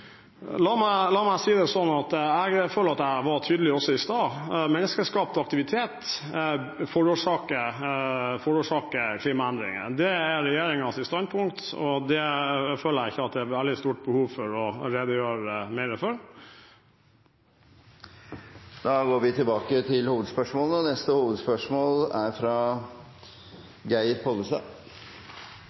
La meg si det sånn: Jeg føler jeg var tydelig også i sted. Menneskeskapt aktivitet forårsaker klimaendringer. Det er regjeringens standpunkt, og det føler jeg ikke det er et veldig stort behov for å redegjøre mer for. Da går vi til neste hovedspørsmål. Mitt spørsmål går til